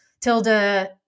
Tilda